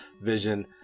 vision